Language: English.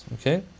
Okay